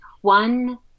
one